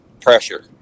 pressure